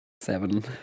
Seven